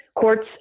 Courts